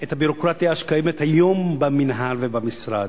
את הביורוקרטיה שקיימת היום במינהל ובמשרד.